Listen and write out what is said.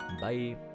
Bye